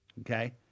okay